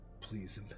please